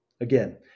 Again